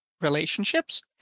relationships